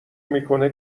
میکنه